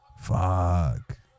Fuck